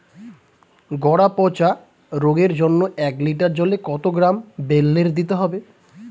গোড়া পচা রোগের জন্য এক লিটার জলে কত গ্রাম বেল্লের দিতে হবে?